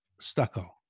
Stucco